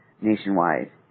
nationwide